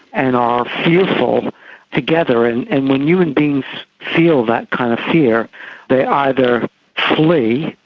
and are fearful together. and and when human beings feel that kind of fear they either flee,